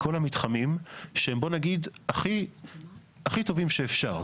כל המתחמים שהם בוא נגיד הכי טובים שאפשר,